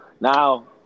now